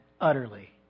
Utterly